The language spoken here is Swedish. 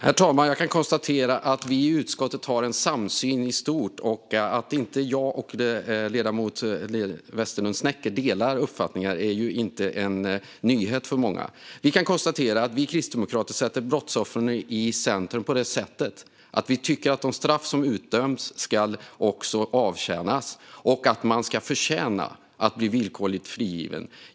Herr talman! Jag konstaterar att vi i utskottet har en samsyn i stort. Att jag och ledamoten Westerlund Snecker inte delar uppfattning är inte någon nyhet för särskilt många. Vi kan konstatera att vi kristdemokrater sätter brottsoffren i centrum på det sättet att vi tycker att de straff som utdöms också ska avtjänas och att man ska förtjäna att bli villkorligt frigiven.